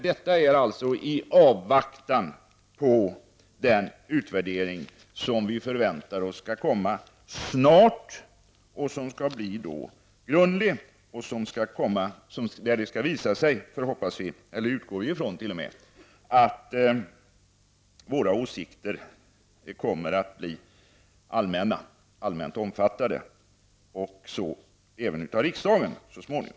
Detta sker dock i avvaktan på den utvärdering som vi förväntar oss skall komma snart och som skall bli grundlig. Vi hoppas och utgår t.o.m. från att man därvid skall ta hänsyn till våra åsikter och att så småningom även riksdagen skall göra detta.